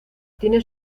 tiene